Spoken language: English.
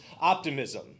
optimism